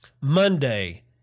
Monday